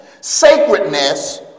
sacredness